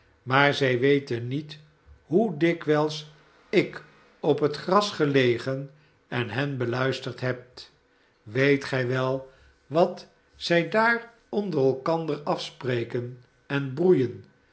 maar zij weten niet hoe dikwijls ik op het gras gelegen en hen beluisterd heb weet gij wel watzij daar onder elkander afspreken en broeien